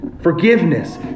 Forgiveness